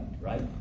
Right